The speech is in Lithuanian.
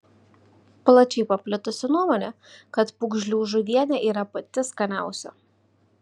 plačiai paplitusi nuomonė kad pūgžlių žuvienė yra pati skaniausia